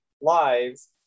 lives